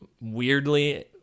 weirdly